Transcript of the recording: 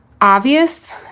obvious